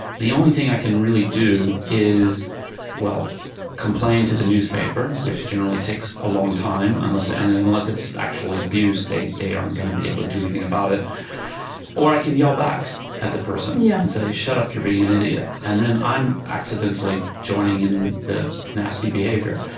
the only thing i can really do is complain to the newspaper, which generally takes a long time. unless and unless it's actually abuse, they they aren't going to be able to do anything about it or i can yell back at the person yeah and say, shut up, you're being an idiot. and then i'm accidentally joining in the nasty behavior.